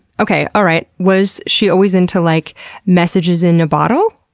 okay, alright. was she always into like messages in a bottle?